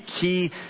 key